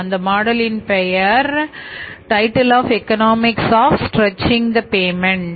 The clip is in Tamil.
அந்த மாடலின் பெயர் title of economics of stretching the payment